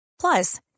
Plus